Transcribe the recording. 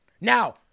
Now